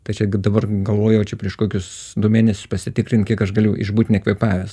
tai čia dabar galvojau čia prieš kokius du mėnesius pasitikrint kiek aš galiu išbūt nekvėpavęs